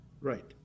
Right